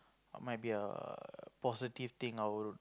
might be a positive thing I'll